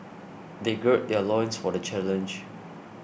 they gird their loins for the challenge